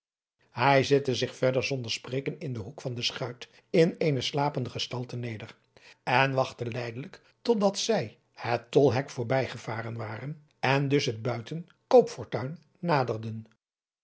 hij zette zich verder zonder spreken in den hoek van de schuit in eene slapende gestalte neder en wachtte lijdelijk tot dat zij het tolhek voorbij gevaren waren en dus het buiten koopfortuin naderden